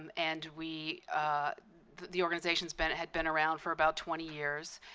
and we the organization's been had been around for about twenty years.